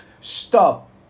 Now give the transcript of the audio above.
stop